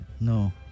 No